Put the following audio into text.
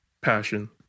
passion